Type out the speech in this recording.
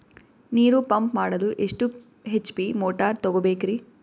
ನೀರು ಪಂಪ್ ಮಾಡಲು ಎಷ್ಟು ಎಚ್.ಪಿ ಮೋಟಾರ್ ತಗೊಬೇಕ್ರಿ?